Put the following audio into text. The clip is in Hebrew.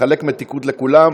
אתה מחלק מתיקות לכולם,